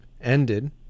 ended